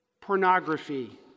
pornography